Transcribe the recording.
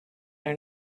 are